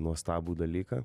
nuostabų dalyką